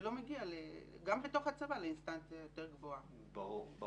ולא מגיע לאינסטנציה יותר גבוהה בתוך הצבא.